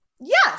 Yes